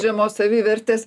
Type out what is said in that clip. žemos savivertės